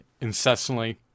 incessantly